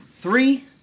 three